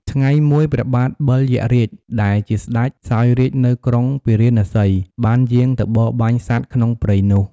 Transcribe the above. ថ្ងៃមួយ ព្រះបាទ បិលយក្សរាជ ដែលជាស្ដេចសោយរាជ្យនៅក្រុងពារាណសី បានយាងទៅបរបាញ់សត្វក្នុងព្រៃនោះ។